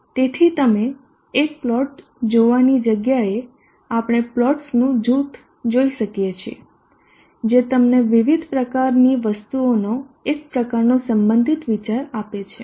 તેથી તમે એક પ્લોટ જોવાની જગ્યાએ આપણે પ્લોટ્સનું જૂથ જોઈ શકીએ છીએ જે તમને વિવિધ પ્રકારની વસ્તુઓનો એક પ્રકારનો સંબંધિત વિચાર આપે છે